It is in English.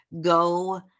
go